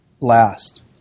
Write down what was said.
Last